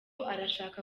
arashaka